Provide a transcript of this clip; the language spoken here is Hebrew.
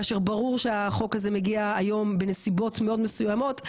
כאשר ברור שהחוק הזה מגיע היום בנסיבות מאוד מסוימות,